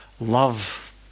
love